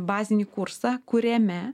bazinį kursą kuriame